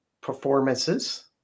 performances